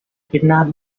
kidnap